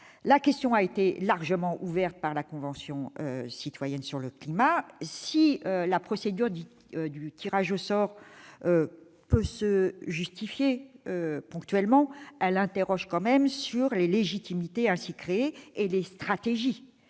La question a été largement ouverte par la Convention citoyenne pour le climat. Si le tirage au sort peut se justifier ponctuellement, cette procédure interroge sur les légitimités ainsi créées et les stratégies